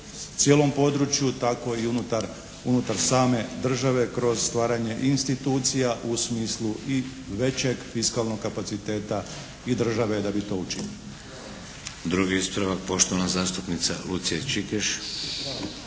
cijelom području tako i unutar same države kroz stvaranje institucija u smislu i većeg fiskalnog kapaciteta i države da bi to učinio. **Šeks, Vladimir (HDZ)** Drugi ispravak poštovana zastupnica Lucija Čikeš.